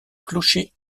clocher